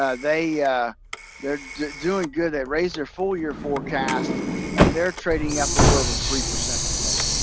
ah they they're doing good. they raised their full-year forecast and they're trading up a little over three percent this morning.